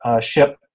ship